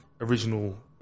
original